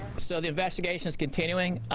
so the investigation is continuing.